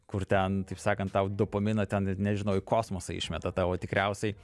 kur ten taip sakant tau dopaminą ten nežinau į kosmosą išmeta tavo tikriausiai